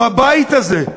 בבית הזה,